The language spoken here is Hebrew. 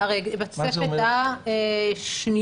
הרי בתוספת השנייה,